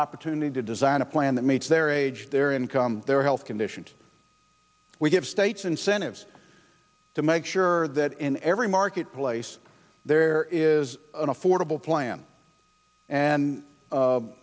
opportunity to design a plan that meets their age their income their health condition we give states incentives to make sure that in every marketplace there is an affordable plan and